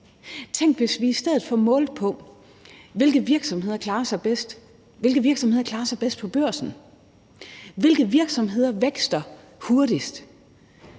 Tænk, hvis vi i stedet for målte på, hvilke virksomheder der klarer sig bedst, hvilke virksomheder der klarer sig